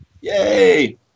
Yay